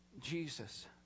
Jesus